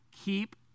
keep